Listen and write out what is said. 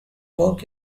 work